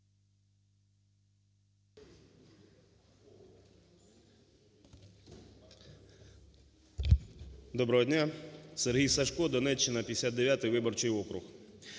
Доброго дня! СергійСажко, Донеччина 59-й виборчий округ.